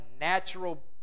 natural